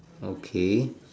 okay